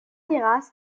terrasse